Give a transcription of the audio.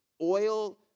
oil